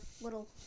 little